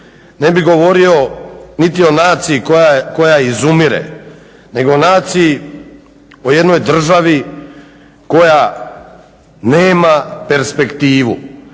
ne bi govorio niti o naciji koja izumire, nego o naciji, o jednoj državi koja nema perspektivu,